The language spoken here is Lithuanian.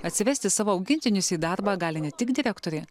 atsivesti savo augintinius į darbą gali ne tik direktorė